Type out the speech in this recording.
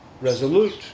Resolute